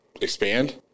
expand